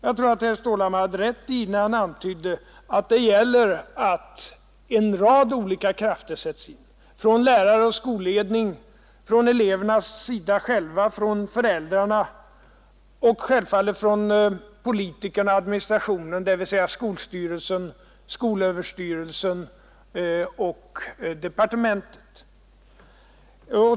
Jag tror att herr Stålhammar har rätt när han antyder att det gäller att en rad olika krafter sätts in, från lärare och skolledning, från eleverna själva, från föräldrarna och självfallet från politikerna och administrationen, dvs. skolstyrelsen, skolöverstyrelsen och departementet.